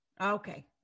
Okay